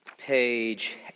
Page